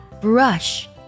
brush